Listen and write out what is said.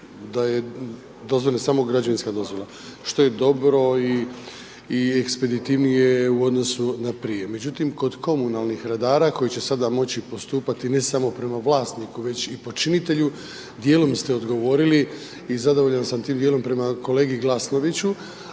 da je dozvoljena samo građevinska dozvola što je dobro i ekspeditivnije u odnosu na prije. Međutim kod komunalnih redara koji će sada moći postupati ne samo prema vlasniku već i počinitelju dijelom ste odgovorili i zadovoljan sam tim dijelom prema kolegi Glasnoviću